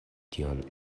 tion